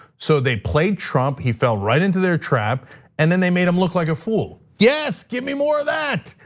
so they played trump, he fell right into their trap and then they made him look like a fool. yes, give me more of that,